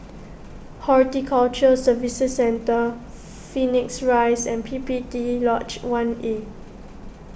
Horticulture Services Centre Phoenix Rise and P P T Lodge one A